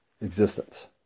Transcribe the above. existence